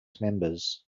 members